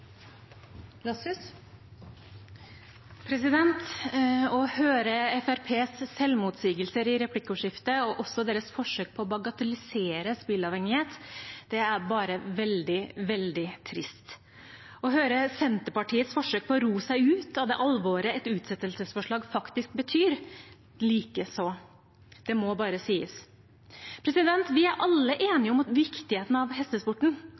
bare veldig, veldig trist. Å høre Senterpartiets forsøk på å ro seg ut av det alvoret et utsettelsesforslag faktisk betyr, likeså. Det må bare sies. Vi er alle enige om viktigheten av hestesporten,